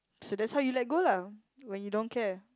so that's why you let go lah when you don't care